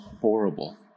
horrible